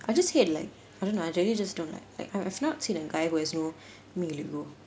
I just hate like I don't know I really just don't like I I've not seen a guy who has more male ego